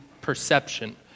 perception